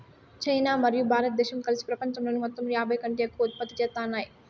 China మరియు భారతదేశం కలిసి పపంచంలోని మొత్తంలో యాభైకంటే ఎక్కువ ఉత్పత్తి చేత్తాన్నాయి